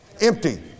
Empty